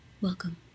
Welcome